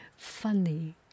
funny